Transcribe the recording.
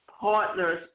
partners